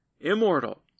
immortal